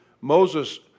Moses